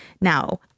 now